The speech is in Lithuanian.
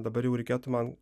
dabar jau reikėtų man